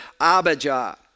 Abijah